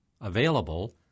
available